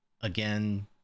Again